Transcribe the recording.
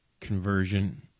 conversion